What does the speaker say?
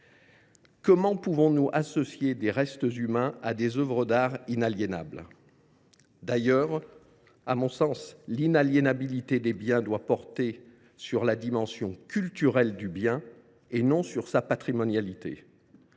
Comment pouvons nous associer des restes humains à des œuvres d’art inaliénables ? D’ailleurs, l’inaliénabilité des biens doit, à mon sens, porter sur la dimension culturelle du bien, et non sur sa patrimonialité.